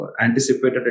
anticipated